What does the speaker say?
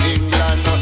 England